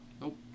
Nope